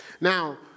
Now